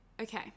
Okay